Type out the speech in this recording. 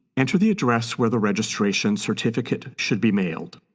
enter the address where the registration certificate should be mailed.